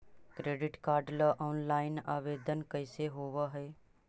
Credit card ल online आवेदन कैसे होब है?